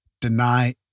deny